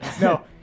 No